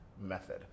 method